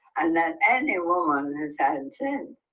and that any woman has had and since.